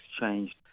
changed